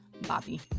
Bobby